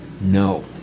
No